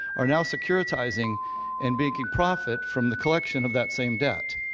are now securitizing and making profit from the collection of that same debt.